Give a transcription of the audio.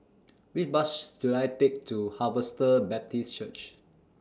Which Bus should I Take to Harvester Baptist Church